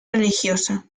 religiosa